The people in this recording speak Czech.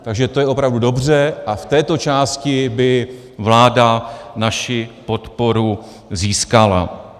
Takže to je opravdu dobře a v této části by vláda naši podporu získala.